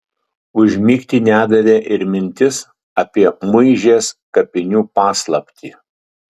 užmigti nedavė ir mintis apie muižės kapinių paslaptį